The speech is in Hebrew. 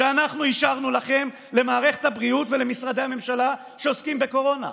אנחנו אישרנו לכם למערכת הבריאות ולמשרדי הממשלה שעוסקים בקורונה?